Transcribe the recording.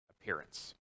appearance